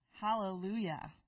Hallelujah